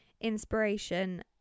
inspiration